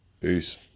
Peace